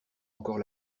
encore